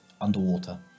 underwater